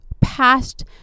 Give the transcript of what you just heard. past